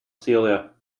celia